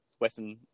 Western